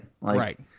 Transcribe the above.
Right